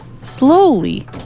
slowly